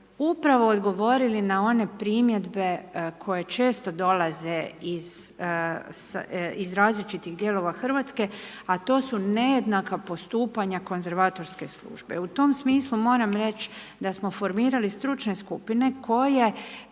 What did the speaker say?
upravo odgovorili na one primjedbe koje često dolaze iz različitih dijelova Hrvatske a to su nejednaka postupanja konzervatorske službe. U tom smislu moram reći da smo formirali stručne skupine koje